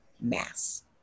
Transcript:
mass